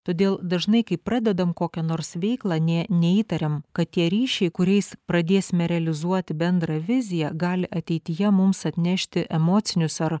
todėl dažnai kai pradedam kokią nors veiklą nė neįtariam kad tie ryšiai kuriais pradėsime realizuot bendrą viziją gali ateityje mums atnešti emocinius ar